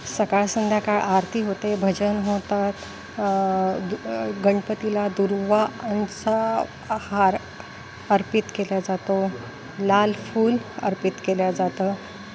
सकाळ संध्याकाळ आरती होते भजन होतात दु गणपतीला दुर्वांचा हार अर्पित केला जातो लाल फूल अर्पित केलं जातं